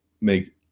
make